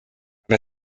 aber